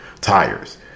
tires